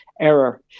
error